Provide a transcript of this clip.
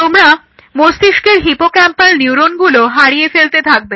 তোমরা মস্তিষ্কের হিপোক্যাম্পাল নিউরনগুলো হারিয়ে ফেলতে থাকবে